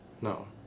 No